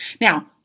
Now